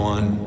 One